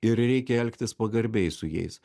ir reikia elgtis pagarbiai su jais